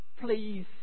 please